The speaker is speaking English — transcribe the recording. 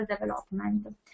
development